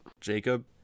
Jacob